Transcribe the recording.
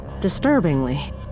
disturbingly